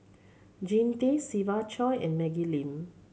Jean Tay Siva Choy and Maggie Lim